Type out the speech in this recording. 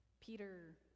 Peter